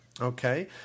Okay